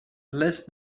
less